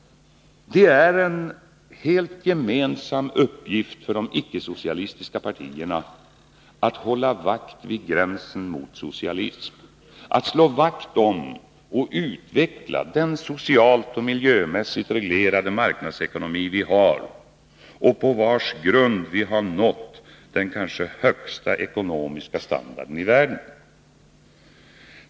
Det är en helt gemensam uppgift för de icke-socialistiska partierna att hålla vakt vid gränsen mot socialism, att slå vakt om och utveckla den socialt och miljömässigt reglerade marknadsekonomi vi har och på vars grund vi har nått den kanske högsta ekonomiska standarden i världen.